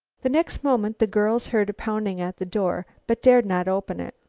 the next moment the girls heard a pounding at the door, but dared not open it.